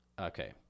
okay